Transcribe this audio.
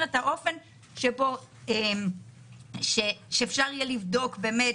את האופן שבו אפשר יהיה לבדוק באמת